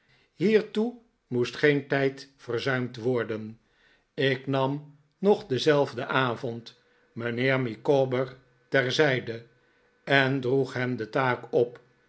hiertoe moest geen tijd verzuimd worden ik nam nog denzelfden ayond mijnheer micawber terzijde en droeg hem de taak op